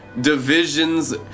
divisions